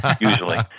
usually